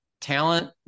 talent